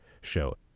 show